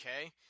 Okay